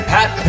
Pat